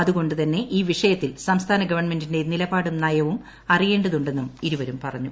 അതുകൊണ്ട് തന്നെ ഈ വിഷയത്തിൽ സംസ്ഥാന ഗവണ്മെന്റിന്റെ നിലപാടും നയവും അറിയേണ്ടത് ഉണ്ടെന്നും ഇരുവരും പറഞ്ഞു